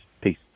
Peace